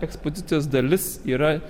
ekspozicijos dalis yra